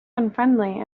unfriendly